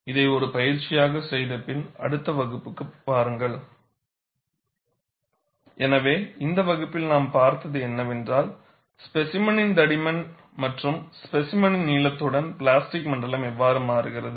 இதை ஒரு பயிற்சியாக செய்த பின் அடுத்த வகுப்புக்கு வாருங்கள் எனவே இந்த வகுப்பில் நாம் பார்த்தது என்னவென்றால் ஸ்பேசிமெனின் தடிமன் மற்றும் ஸ்பேசிமென்னின் நீளத்துடன் பிளாஸ்டிக் மண்டலம் எவ்வாறு மாறுகிறது